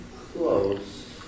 close